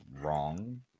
wrong